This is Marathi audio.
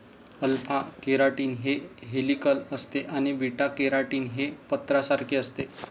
अल्फा केराटीन हे हेलिकल असते आणि बीटा केराटीन हे पत्र्यासारखे असते